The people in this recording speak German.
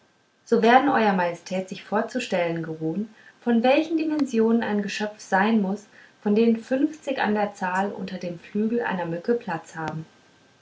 so werden euer majestät sich vorzustellen geruhen von welchen dimensionen ein geschöpf sein muß von denen fünfzig an der zahl unter dem flügel einer mücke platz haben